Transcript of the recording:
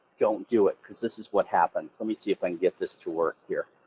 don't do it, cause this is what happens, let me see if i can get this to work here.